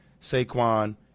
Saquon